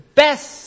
best